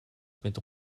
mit